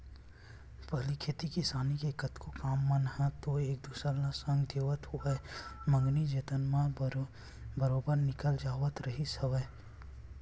पहिली खेती किसानी के कतको काम मन ह तो एक दूसर ल संग देवत होवय मंगनी जचनी म बरोबर निकल जावत रिहिस हवय